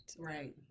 Right